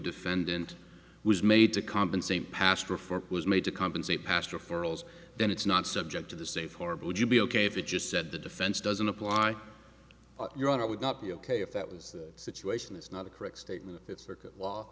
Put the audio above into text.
defendant was made to compensate past reform was made to compensate past referrals then it's not subject to the safe harbor would you be ok if you just said the defense doesn't apply your honor would not be ok if that was the situation is not a correct statement that circuit law